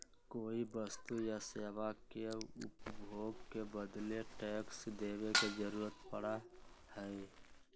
कोई वस्तु या सेवा के उपभोग के बदले टैक्स देवे के जरुरत पड़ा हई